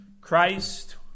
Christ